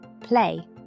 Play